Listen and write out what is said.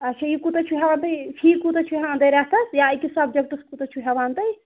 اَچھا یہِ کوٗتاہ چھُو ہٮ۪وان تُہۍ فی کوٗتاہ چھُو ہٮ۪وان تۄہہِ رٮ۪تس یا أکِس سَبجَکٹَس کوٗتاہ چھُو ہٮ۪وان تُہۍ